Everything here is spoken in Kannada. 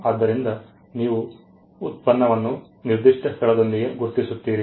ಆದ್ದರಿಂದ ನೀವು ಉತ್ಪನ್ನವನ್ನು ನಿರ್ದಿಷ್ಟ ಸ್ಥಳದೊಂದಿಗೆ ಗುರುತಿಸುತ್ತೀರಿ